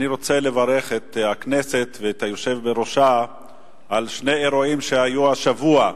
אני רוצה לברך את הכנסת ואת היושב בראשה על שני אירועים שהיו השבוע.